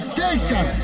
Station